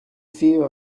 fear